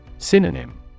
Synonym